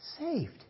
saved